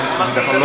אפשר,